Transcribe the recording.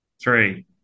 Three